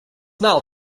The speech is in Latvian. nav